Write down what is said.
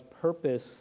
purpose